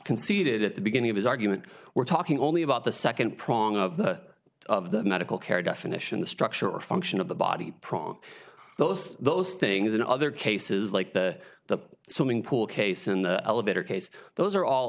conceded at the beginning of his argument we're talking only about the second prong of the of the medical care definition the structure or function of the body prong those those things in other cases like the the sewing pool case in the elevator case those are all